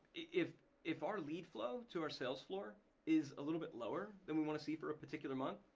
if if our lead flow to our sales floor is a little bit lower than we wanna see for a particular month,